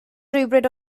rhywbryd